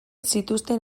zituzten